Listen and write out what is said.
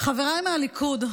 חבריי מהליכוד,